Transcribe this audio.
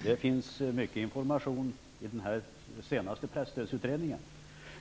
Det finns mycket information i den senaste presstödsutredningen.